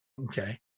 Okay